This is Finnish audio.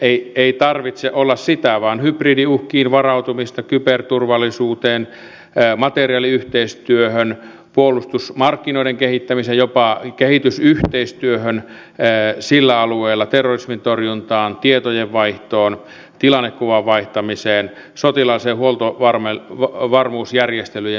sen ei tarvitse olla sitä vaan hybridiuhkiin varautumista kyberturvallisuuteen materiaaliyhteistyöhön puolustusmarkkinoiden kehittämiseen jopa kehitysyhteistyöhön sillä alueella terrorismin torjuntaan tietojen vaihtoon tilannekuvan vaihtamiseen sotilaalliseen huoltovarmuusjärjestelyjen syventämiseen ja niin edespäin